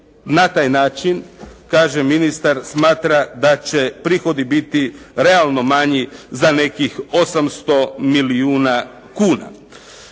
na taj način kaže ministar, smatra da će prihodi biti realno manji za nekih 800 milijuna kuna.